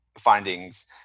findings